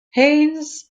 hayes